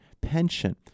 pension